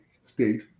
state